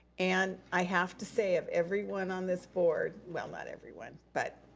and i have to say of everyone on this board, well not everyone, but